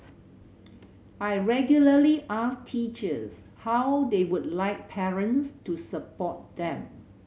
I regularly ask teachers how they would like parents to support them